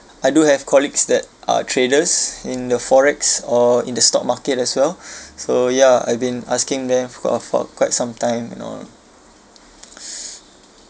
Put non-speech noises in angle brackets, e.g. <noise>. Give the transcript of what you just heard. I do have colleagues that are traders in the forex or in the stock market as well <breath> so ya I've been asking them for qu~ uh for quite some time and all <breath>